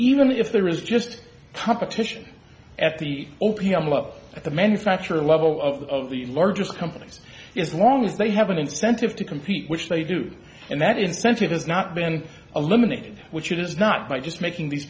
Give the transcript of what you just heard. even if there is just competition at the opium of the manufacturer level of the largest companies is long as they have an incentive to compete which they do and that incentive has not been eliminated which is not by just making these